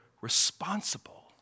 responsible